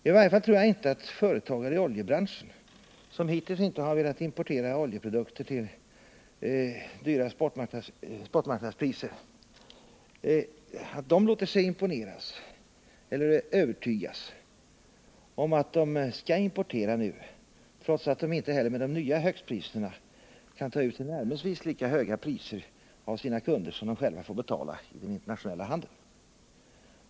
I varje fall tror jag inte att företagare i oljebranschen, som hittills inte har velat importera oljeprodukter till höga spotmarknadspriser, låter sig övertygas om att de nu skall importera, trots att de inte heller med de nya högstpriserna kan ta ut tillnärmelsevis lika höga priser av sina kunder som de själva får betala i den internationella handeln.